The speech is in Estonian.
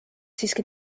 siiski